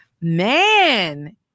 Man